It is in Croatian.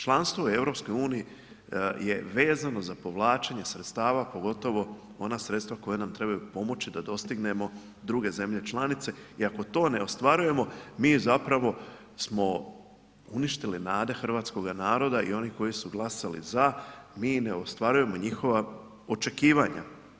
Članstvo u EU je vezano za povlačenje sredstava pogotovo ona sredstva koja nam trebaju pomoći da dostignemo druge zemlje članice i ako to ne ostvarujemo mi zapravo smo uništili nade hrvatskoga naroda i onih koji su glasali za, mi ne ostvarujemo njihova očekivanja.